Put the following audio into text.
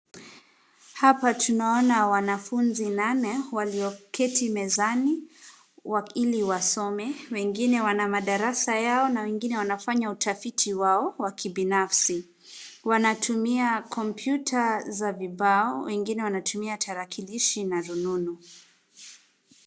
Hapa tunaona wanafunzi nane walioketi mezani ili wasome wengine wana madarasa yao na wengine wanafanya utafiti wao wa kibinafsi. Wanatumia kompyuta za vibao wengine wanatumia tarakilishi na rununu.